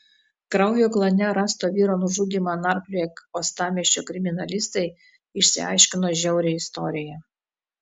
kraujo klane rasto vyro nužudymą narplioję uostamiesčio kriminalistai išsiaiškino žiaurią istoriją